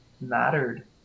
mattered